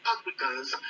Africans